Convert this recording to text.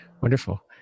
Wonderful